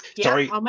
Sorry